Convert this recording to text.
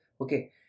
okay